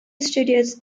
studios